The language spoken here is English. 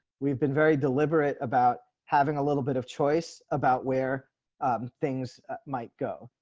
we've been very deliberate about having a little bit of choice about where things might go,